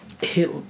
hit